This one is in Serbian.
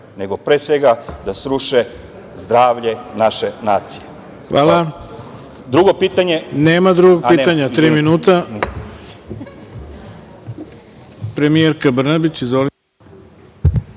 nego pre svega da sruše zdravlje naše nacije?